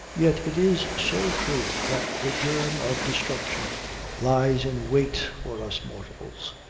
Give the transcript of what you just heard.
yet it is so true that the germ of destruction lies in wait for us mortals,